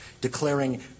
declaring